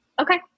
Okay